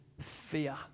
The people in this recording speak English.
fear